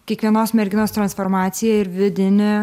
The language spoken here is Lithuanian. kiekvienos merginos transformacija ir vidinė